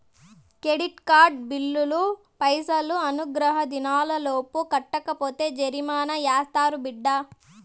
credit card బిల్లులు పైసలు అనుగ్రహ దినాలలోపు కట్టకపోతే జరిమానా యాస్తారు బిడ్డా